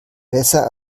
besser